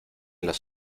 las